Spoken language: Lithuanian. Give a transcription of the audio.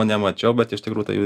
nemačiau bet iš tikrų tai